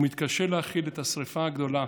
הוא מתקשה להכיל את השרפה הגדולה,